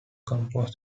compose